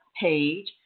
page